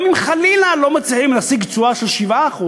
גם אם חלילה לא מצליחים להשיג תשואה של 7%,